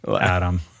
Adam